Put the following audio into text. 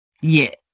Yes